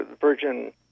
Virgin